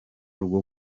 rwo